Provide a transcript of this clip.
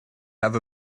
have